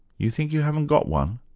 you think you haven't got one?